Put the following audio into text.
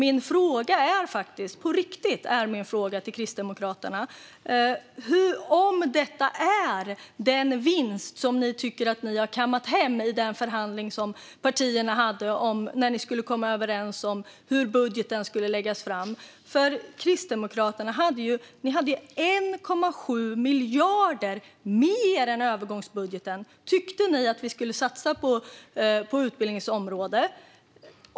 På riktigt är min fråga till Kristdemokraterna: Är detta den vinst som ni tycker att ni har kammat hem i den förhandling som partierna hade när de skulle komma överens om hur budgeten skulle läggas fram? Ni kristdemokrater tyckte ju att vi skulle satsa 1,7 miljarder mer än övergångsbudgeten på utbildningens område.